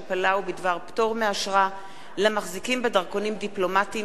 פלאו בדבר פטור מאשרה למחזיקים בדרכונים דיפלומטיים,